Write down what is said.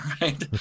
right